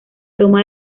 toma